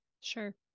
Sure